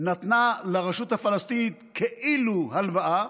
נתנה לרשות הפלסטינית כאילו הלוואה,